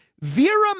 Vera